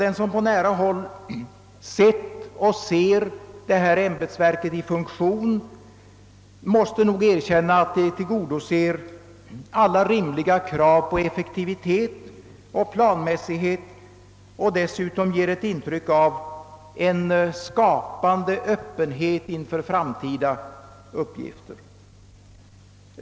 Den som på nära håll sett och ser detta ämbetsverk i funktion måste nog erkänna att det tillgodoser alla rimliga krav på effektivitet och planmässighet och dessutom ger ett intryck av en skapande öppenhet inför framtida uppgifter.